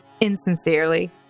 insincerely